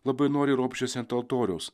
labai noriai ropščiasi ant altoriaus